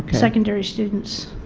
secondary students.